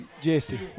Jesse